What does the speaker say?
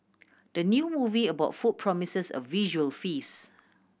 the new movie about food promises a visual feast